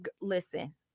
Listen